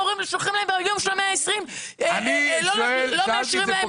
שולחים להם ביום של ה-120 שלא מאשרים להם